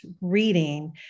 reading